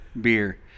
Beer